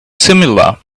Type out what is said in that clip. similar